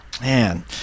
man